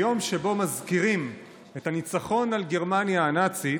ביום שבו מזכירים את הניצחון על גרמניה הנאצית